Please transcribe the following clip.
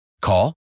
Call